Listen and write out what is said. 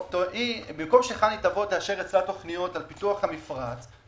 במקום שחנ"י תאשר אצלה תוכניות על פיתוח המפרץ,